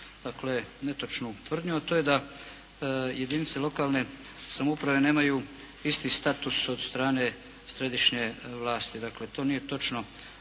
jednu netočnu tvrdnju a to je da jedinice lokalne samouprave nemaju isti status od strane središnje vlasti, dakle to nije točno.